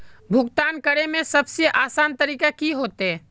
भुगतान करे में सबसे आसान तरीका की होते?